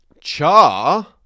Char